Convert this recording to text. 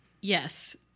Yes